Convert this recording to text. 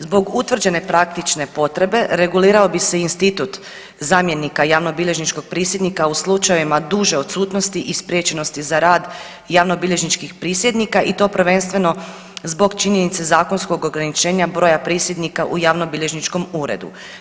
Zbog utvrđene praktične potrebe regulirao bi se institut zamjenika javnobilježničkog prisjednika u slučajevima duže odsutnosti i spriječenosti za rad javnobilježničkih prisjednika i to prvenstveno zbog činjenice zakonskog ograničenja broja prisjednika u javnobilježničkom uredu.